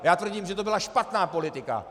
Já tvrdím, že to byla špatná politika.